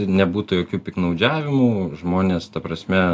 nebūtų jokių piktnaudžiavimų žmonės ta prasme